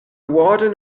warden